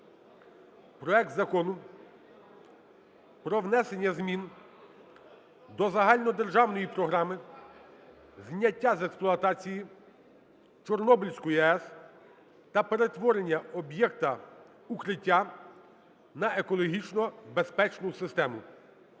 проект Закону про внесення змін до Загальнодержавної програми зняття з експлуатації Чорнобильської АЕС та перетворення об'єкта "Укриття" на екологічно безпечну систему